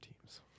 teams